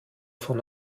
von